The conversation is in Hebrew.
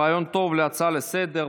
זה רעיון טוב להצעה לסדר-היום,